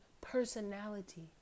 personality